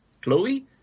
Chloe